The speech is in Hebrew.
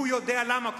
הוא יודע למה,